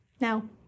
Now